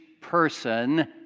person